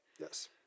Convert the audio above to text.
Yes